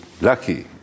lucky